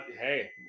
hey